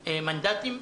מנדטים.